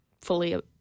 fully